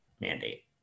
mandate